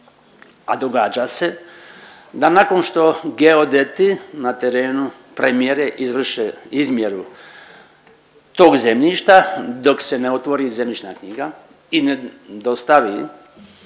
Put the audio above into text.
a događa se da nakon što geodeti na terenu premjere, izvrše izmjeru tog zemljišta, dok se ne otvori zemljišna knjiga i ne dostavi